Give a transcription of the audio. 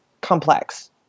complex